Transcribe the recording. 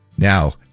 Now